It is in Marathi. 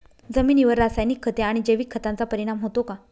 जमिनीवर रासायनिक खते आणि जैविक खतांचा परिणाम होतो का?